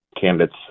candidates